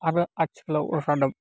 आरो आथिखालाव रादाब